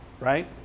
right